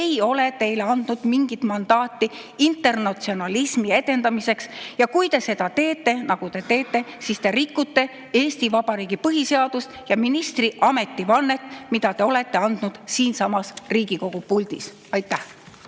ei ole teile andnud mingit mandaati internatsionalismi edendamiseks. Ja kui te seda teete, nagu te teete, siis te rikute Eesti Vabariigi põhiseadust ja ministri ametivannet, mille te olete andnud siinsamas Riigikogu puldis. Aitäh!